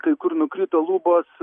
kai kur nukrito lubos